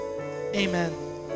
amen